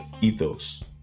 ethos